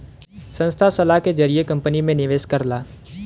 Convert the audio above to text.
संस्था सलाह के जरिए कंपनी में निवेश करला